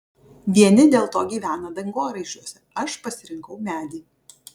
vieni dėl to gyvena dangoraižiuose aš pasirinkau medį